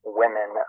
women